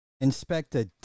Inspector